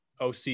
OC